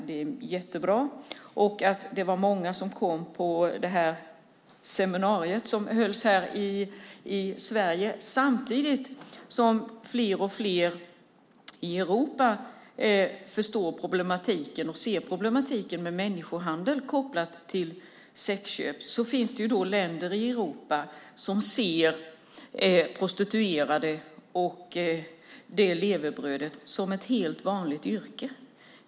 Det är bra. Många kom på seminariet som hölls i Sverige. Samtidigt förstår och ser fler och fler i Europa problemen med människohandel kopplad till sexköp. Men det finns länder i Europa som ser prostitution som ett levebröd, ett helt vanligt yrke.